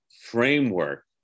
framework